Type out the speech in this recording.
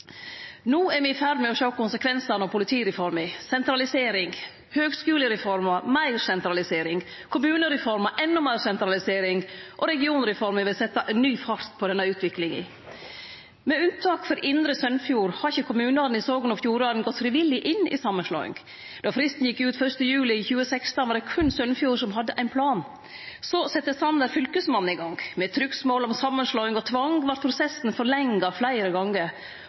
No er me i ferd med å sjå konsekvensane av politireforma – sentralisering. Høgskulereforma – meir sentralisering. Kommunereforma – endå meir sentralisering. Og regionreforma vil setje ny fart på denne utviklinga. Med unntak for indre Sunnfjord har ikkje kommunane i Sogn og Fjordane gått frivillig inn i samanslåing. Då fristen gjekk ut den 1. juli 2016, var det berre Sunnfjord som hadde ein plan. Så sette statsråd Sanner Fylkesmannen i gang. Med trugsmål om samanslåing og tvang vart prosessen forlenga fleire gonger.